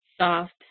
soft